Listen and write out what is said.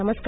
नमस्कार